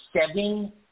seven